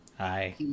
hi